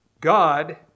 God